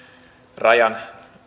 rajan